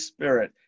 Spirit